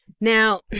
Now